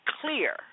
clear